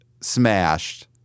smashed